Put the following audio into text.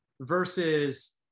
versus